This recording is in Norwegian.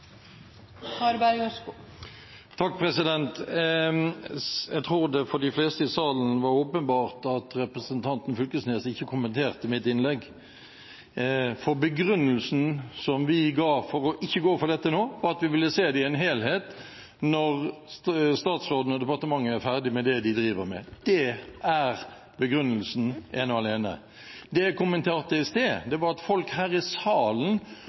Jeg tror det for de fleste i salen var åpenbart at representanten Fylkesnes ikke kommenterte mitt innlegg. Begrunnelsen som vi ga for ikke å gå for dette nå, var at vi ville se det i en helhet når statsråden og departementet er ferdig med det de driver med. Det er begrunnelsen, ene og alene. Det jeg kommenterte i sted, var